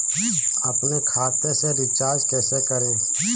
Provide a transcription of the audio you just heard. अपने खाते से रिचार्ज कैसे करें?